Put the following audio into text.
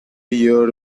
year